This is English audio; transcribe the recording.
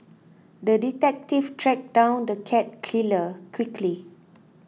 the detective tracked down the cat killer quickly